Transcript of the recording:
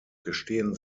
gestehen